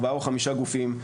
ארבעה או חמישה גופים.